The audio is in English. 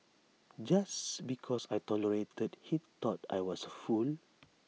just because I tolerated he thought I was A fool